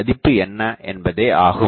மதிப்பு என்ன என்பதே ஆகும்